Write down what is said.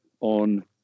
on